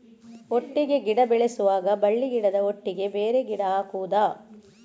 ಒಟ್ಟಿಗೆ ಗಿಡ ಬೆಳೆಸುವಾಗ ಬಳ್ಳಿ ಗಿಡದ ಒಟ್ಟಿಗೆ ಬೇರೆ ಗಿಡ ಹಾಕುದ?